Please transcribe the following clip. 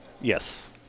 Yes